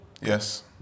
Yes